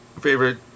favorite